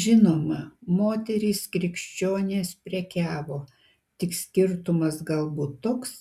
žinoma moterys krikščionės prekiavo tik skirtumas galbūt toks